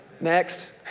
next